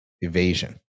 evasion